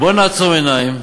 נעצום עיניים.